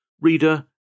Reader